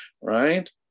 right